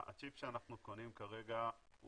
הצ'יפ שאנחנו קונים כרגע הוא